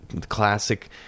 classic